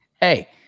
Hey